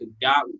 God